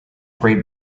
great